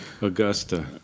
Augusta